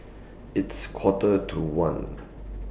its Quarter to one